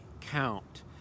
count